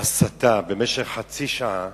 והסתה במשך חצי שעה